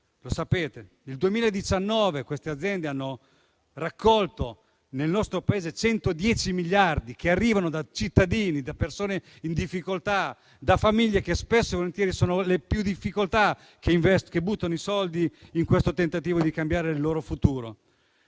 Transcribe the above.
Paese? Nel 2019 queste aziende hanno raccolto nel nostro Paese 110 miliardi che arrivano da cittadini, persone in difficoltà, famiglie che spesso e volentieri sono quelle maggiormente in difficoltà, che buttano i soldi in questo tentativo di cambiare il loro futuro.